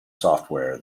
software